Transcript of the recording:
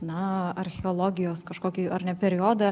na archeologijos kažkokį ar ne periodą